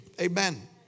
amen